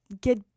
get